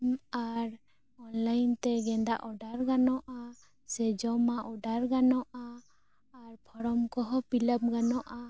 ᱟᱨ online ᱛᱮ ᱜᱮᱸᱫᱟ order ᱜᱟᱱᱚᱜᱼᱟ ᱥᱮ ᱡᱚᱢᱟᱜ ᱚᱰᱟᱨ ᱜᱟᱱᱚᱜᱼᱟ ᱟᱨ ᱯᱷᱨᱚᱨᱚᱢ ᱠᱚᱦᱚᱸ ᱯᱷᱤᱞᱟᱯ ᱜᱟᱱᱚᱜᱼᱟ